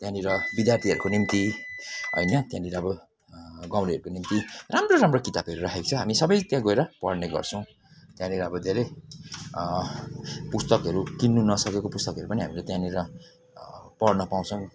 त्यहाँनिर विद्यार्थीहरूको निम्ति होइन त्यहाँनिर अब गाउँलेहरूको निम्ति राम्रो राम्रो किताबहरू राखेको छ हामी सबै त्यहाँ गएर पढ्ने गर्छौँ त्यहाँनिर अब धेरै पुस्तकहरू किन्नु नसकेको पुस्तकहरू पनि हामीले त्यहाँनिर पढ्न पाउँछौँ